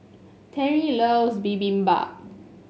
Terrie loves Bibimbap